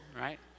right